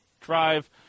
drive